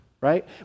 right